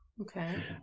Okay